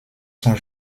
sont